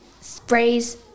sprays